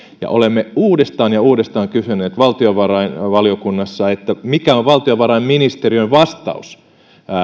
ja olemme uudestaan ja uudestaan kysyneet valtiovarainvaliokunnassa mikä on valtiovarainministeriön vastaus